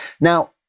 Now